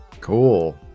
Cool